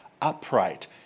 upright